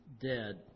dead